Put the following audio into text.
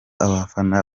abafana